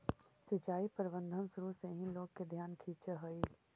सिंचाई प्रबंधन शुरू से ही लोग के ध्यान खींचऽ हइ